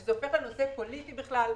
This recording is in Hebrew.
שזה הופך לנושא פוליטי בכלל.